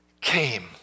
came